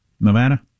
Nevada